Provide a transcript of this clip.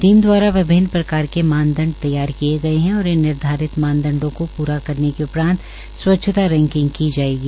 team दवारा विभन्न प्रकार के मानदंड तैयार किए गए है और इन निर्धारित मानदंडो को पूरा करने के उपरान्त स्वच्छता रैकिंग की जायेगी